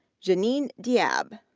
janine diab,